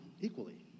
equally